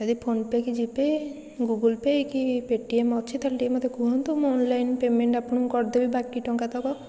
ଯଦି PhonePe' କି GPay' Google Pay' କି ପେଟିଏମ୍ ଅଛି ତାହେଲେ ମୋତେ ଟିକିଏ କୁହନ୍ତୁ ମୁଁ ଅନଲାଇନ୍ ପେମେଣ୍ଟ୍ ଆପଣଙ୍କୁ କରିଦେବି ବାକି ଟଙ୍କା ତକ